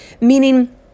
meaning